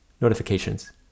Notifications